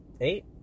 Eight